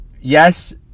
yes